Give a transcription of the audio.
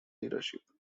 leadership